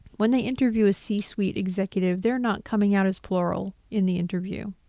when they interview a c-suite executive, they're not coming out as plural in the interview.